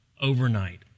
overnight